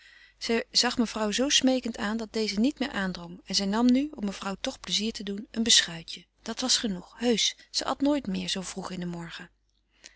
zij zag mevrouw zoo smeekend aan dat deze niet meer aandrong en zij nam nu om mevrouw toch plezier te doen een beschuitje dat was genoeg heusch ze at nooit meer zoo vroeg in den morgen